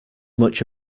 much